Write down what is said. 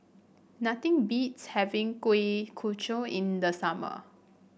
nothing beats having Kuih Kochi in the summer